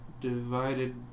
divided